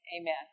Amen